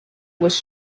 was